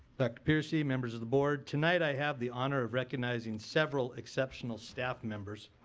dr. peercy, members of the board, tonight i have the honor of recognizing several exceptional staff members.